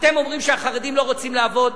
אתם אומרים שהחרדים לא רוצים לעבוד,